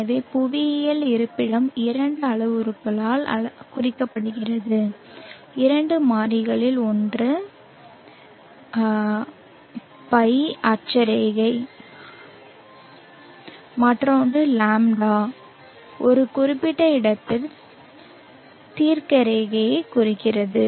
எனவே புவியியல் இருப்பிடம் இரண்டு அளவுருக்களால் குறிக்கப்படுகிறது இரண்டு மாறிகள் ஒன்று ϕ அட்சரேகை அட்சரேகை குறிக்கிறது மற்றொன்று λ ஒரு குறிப்பிட்ட இடத்தில் தீர்க்கரேகையைக் குறிக்கிறது